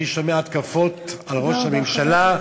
אני שומע התקפות על ראש הממשלה.